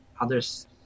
others